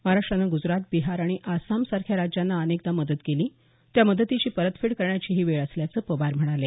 महाराष्ट्रानं ग्जरात बिहार आणि आसाम सारख्या राज्यांना अनेकदा मदत केली त्या मदतीची परतफेड करण्याची ही वेळ असल्याचं पवार म्हणाले